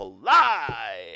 fly